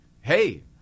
hey